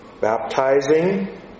Baptizing